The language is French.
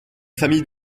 famille